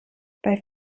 bei